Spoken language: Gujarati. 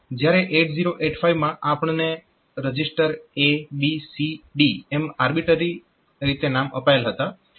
જ્યારે 8085 માં આપણને register A B C D એમ આર્બિટરી રીતે નામ અપાયેલ હતા